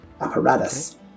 Apparatus